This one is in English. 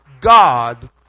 God